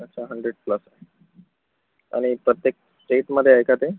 अच्छा hundred plus आणि प्रत्येक स्टेटमध्ये आहे का ते